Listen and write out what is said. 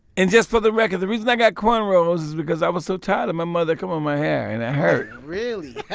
and just for the record, the reason i got cornrows is because i was so tired of my mother combing my hair and it hurt really?